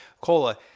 Cola